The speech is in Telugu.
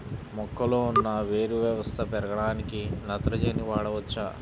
మొక్కలో ఉన్న వేరు వ్యవస్థ పెరగడానికి నత్రజని వాడవచ్చా?